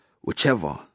Whichever